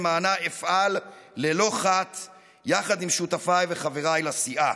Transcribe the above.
ולמענה אפעל ללא חת יחד עם שותפיי וחבריי לסיעה,